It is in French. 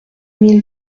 mille